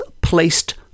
placed